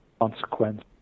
consequence